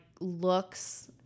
looks